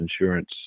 insurance